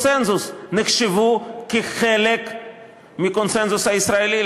נחשבו כקונסנזוס, כחלק מהקונסנזוס הישראלי.